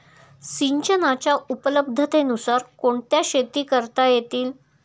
सिंचनाच्या उपलब्धतेनुसार कोणत्या शेती करता येतील?